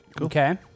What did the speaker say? Okay